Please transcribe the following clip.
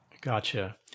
Gotcha